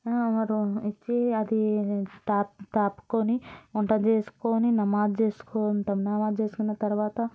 ఇచ్చి అది తాక్కొని వంట చేసుకుని నమాజ్ చేసుకుంటాం నమాజ్ చేసుకున్న తర్వాత